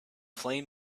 flame